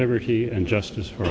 liberty and justice for